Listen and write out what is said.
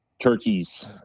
turkeys